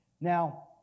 Now